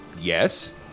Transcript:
Yes